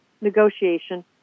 negotiation